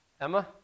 Emma